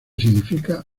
significa